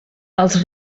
els